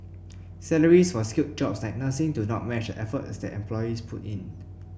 salaries for skilled jobs like nursing do not match the effort that employees put in